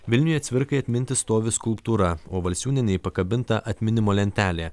vilniuje cvirkai atminti stovi skulptūra o valsiūnienei pakabinta atminimo lentelė